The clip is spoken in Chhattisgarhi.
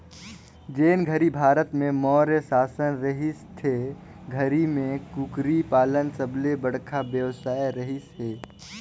जेन घरी भारत में मौर्य सासन रहिस ते घरी में कुकरी पालन सबले बड़खा बेवसाय रहिस हे